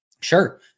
Sure